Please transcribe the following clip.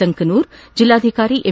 ಸಂಕನೂರ ಜಿಲ್ವಾಧಿಕಾರಿ ಎಂ